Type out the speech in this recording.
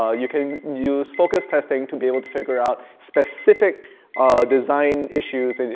ah you can use focus testing to be able to figure out specific design issues in your